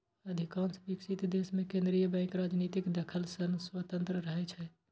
अधिकांश विकसित देश मे केंद्रीय बैंक राजनीतिक दखल सं स्वतंत्र रहै छै